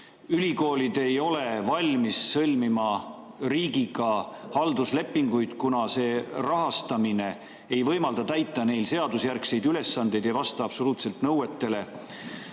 Ülikoolid ei ole valmis sõlmima riigiga halduslepinguid, kuna rahastamine ei võimalda täita neil seadusjärgseid ülesandeid, ei vasta absoluutselt nõuetele.